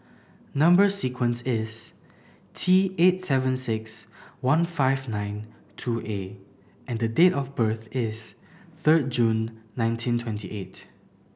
number sequence is T eight seven six one five nine two A and date of birth is third June nineteen twenty eight